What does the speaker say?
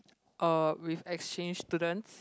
uh with exchange students